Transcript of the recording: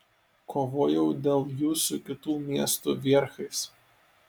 kovojau dėl jų su kitų miestų vierchais